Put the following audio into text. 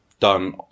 done